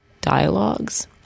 dialogues